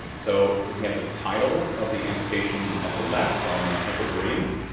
so he has a title of the annotation at the left on the hyperboreans,